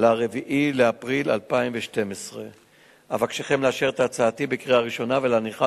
ל-4 באפריל 2012. אבקשכם לאשר את הצעתי בקריאה ראשונה ולהניחה